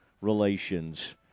relations